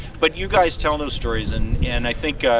but you guys tell those stories, and and i think,